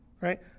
right